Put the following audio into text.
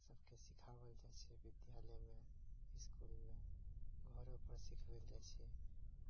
सबकेँ सीखाबल जाइ छै विद्यालयमे स्कूलमे घरो पर सीखबल जाइ छै